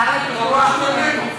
שר לפיתוח,